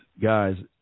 Guys